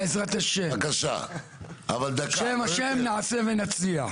בעזרת ה', בשם ה' נעשה ונצליח.